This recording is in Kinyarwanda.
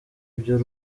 byo